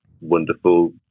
wonderful